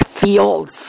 fields